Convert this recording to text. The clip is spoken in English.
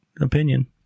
opinion